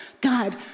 God